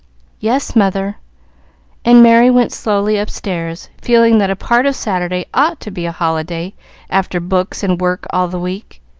yes, mother and merry went slowly upstairs, feeling that a part of saturday ought to be a holiday after books and work all the week.